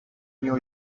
new